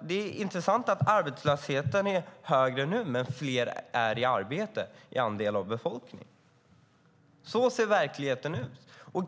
Det är intressant att arbetslösheten är högre nu, men fler är i arbete, en större andel av befolkningen. Så ser verkligheten ut.